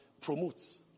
promotes